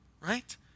Right